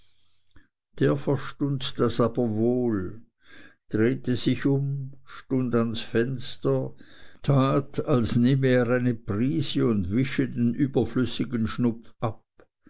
der verstund das aber wohl drehte sich um stund ans fenster tat als nehme er eine prise und wische den überflüssigen schnupf ab